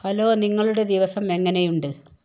hello നിങ്ങളുടെ ദിവസം എങ്ങനെയുണ്ട്